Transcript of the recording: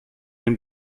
den